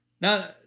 Now